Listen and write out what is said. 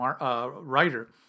writer